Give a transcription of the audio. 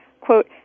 quote